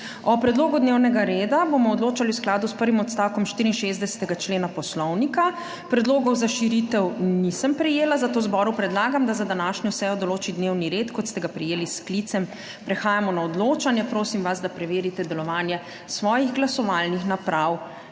O predlogu dnevnega reda bomo odločali v skladu s prvim odstavkom 64. člena Poslovnika. Predlogov za širitev nisem prejela. Zboru zato predlagam, da za današnjo sejo določi dnevni red, kot ste ga prejeli s sklicem. Prehajamo na odločanje. Prosim vas, da preverite delovanje svojih glasovalnih naprav.